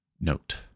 note